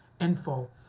info